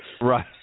Right